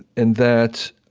and that